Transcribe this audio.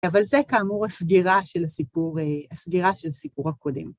אבל זה כאמור הסגירה של הסיפור הקודם.